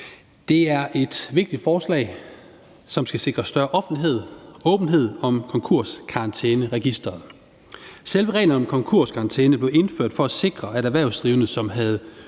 Det er et vigtigt forslag, som skal sikre større offentlighed og åbenhed om konkurskarantæneregisteret. Selve reglerne om konkurskarantæne blev indført for at sikre, at erhvervsdrivende, som havde